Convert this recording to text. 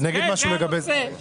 זהו, זה הנושא.